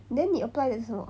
then 你 apply 的是什么